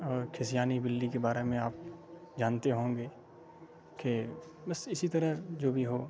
اور کھسیانی بلّی کے بارے میں آپ جانتے ہوں گے کہ بس اسی طرح جو بھی ہو